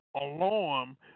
alarm